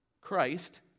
Christ